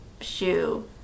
shoe